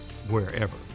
wherever